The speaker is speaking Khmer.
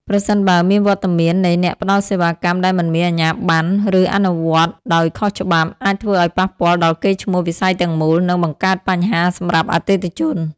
ប្រសិនបើ មានវត្តមាននៃអ្នកផ្តល់សេវាកម្មដែលមិនមានអាជ្ញាប័ណ្ណ ឬអនុវត្តដោយខុសច្បាប់ អាចធ្វើឱ្យប៉ះពាល់ដល់កេរ្តិ៍ឈ្មោះវិស័យទាំងមូល និងបង្កើតបញ្ហាសម្រាប់អតិថិជន។